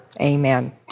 Amen